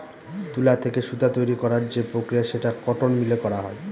তুলা থেকে সুতা তৈরী করার যে প্রক্রিয়া সেটা কটন মিলে করা হয়